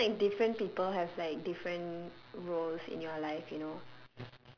I think like different people have like different roles in your life you know